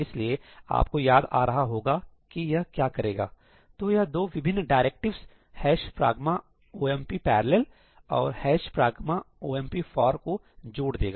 इसलिए आपको याद आ रहा होगा की यह क्या करेगा तो यह दो विभिन्न डायरेक्टिव्स ' pragma omp parallel' और ' pragma omp for' का जोड़ देगा